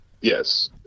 Yes